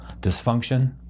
dysfunction